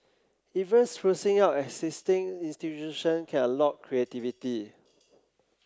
even sprucing up existing institution can unlock creativity